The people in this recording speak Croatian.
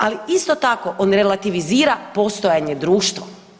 Ali isto tako on relativizira postojanje društva.